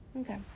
okay